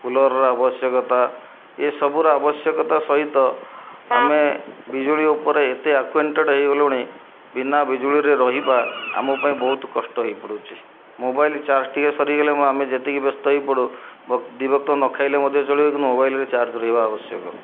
cooler ଆବଶ୍ୟକତା ଏସବୁର ଆବଶ୍ୟକତା ସହିତ ଆମେ ବିଜୁଳି ଉପରେ ଏତେ ଆକ୍ୱେଣ୍ଟେଡ଼୍ ହେଇଗଲୁଣି ବିନା ବିଜୁଳିରେ ରହିବା ଆମ ପାଇଁ ବହୁତ କଷ୍ଟ ହେଇପଡ଼ୁଛି ମୋବାଇଲ ଚାର୍ଜ ଟିକେ ସରିଗଲେ ମୁଁ ଆମେ ଯେତିକି ବ୍ୟସ୍ତ ହେଇପଡ଼ୁ ଦି ବକ୍ତ ନ ଖାଇଲେ ମଧ୍ୟ ଚଳିବ କିନ୍ତୁ ମୋବାଇଲରେ ଚାର୍ଜ ରହିବା ଆବଶ୍ୟକ